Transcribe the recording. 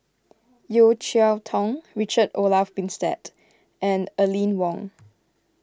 Yeo Cheow Tong Richard Olaf Winstedt and Aline Wong